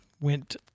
went